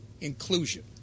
inclusion